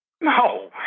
No